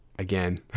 Again